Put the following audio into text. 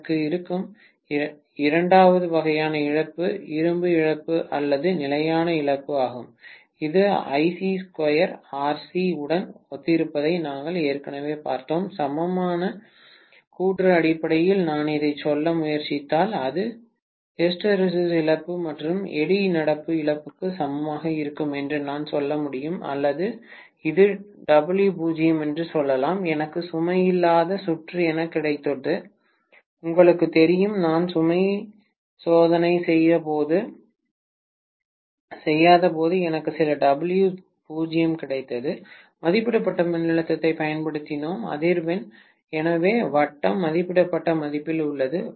எனக்கு இருக்கும் இரண்டாவது வகையான இழப்பு இரும்பு இழப்பு அல்லது நிலையான இழப்பு ஆகும் இது உடன் ஒத்திருப்பதை நாங்கள் ஏற்கனவே பார்த்தோம் சமமான சுற்று அடிப்படையில் நான் இதைச் சொல்ல முயற்சித்தால் இது ஹிஸ்டெரெசிஸ் இழப்பு மற்றும் எடி நடப்பு இழப்புக்கு சமமாக இருக்கும் என்றும் நான் சொல்ல முடியும் அல்லது இது W0 என்று சொல்லலாம் எனக்கு சுமை இல்லாத சுற்று என கிடைத்தது உங்களுக்குத் தெரியும் நான் சுமை சோதனை செய்யாதபோது எனக்கு சில W0 கிடைத்தது மதிப்பிடப்பட்ட மின்னழுத்தத்தைப் பயன்படுத்தினேன் அதிர்வெண் எனவே வட்டம் மதிப்பிடப்பட்ட மதிப்பில் உள்ளது